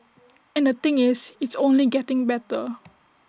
and the thing is it's only getting better